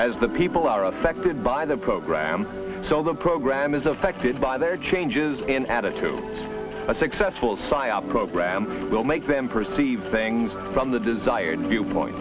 as the people are affected by the program so the program is affected by their changes in attitude a successful cya program will make them perceive things from the desired viewpoint